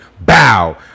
Bow